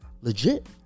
legit